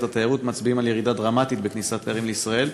התיירות ומצביעים על ירידה דרמטית בכניסת תיירים לישראל.